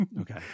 okay